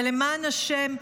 אבל למען השם,